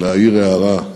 להעיר הערה.